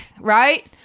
right